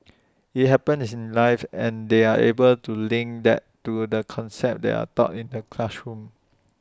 IT happens is in life and they're able to link that to the concepts that are taught in the classroom